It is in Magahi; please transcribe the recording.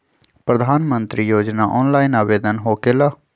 प्रधानमंत्री योजना ऑनलाइन आवेदन होकेला?